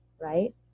right